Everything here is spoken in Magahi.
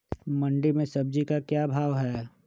मंडी में सब्जी का क्या भाव हैँ?